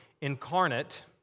incarnate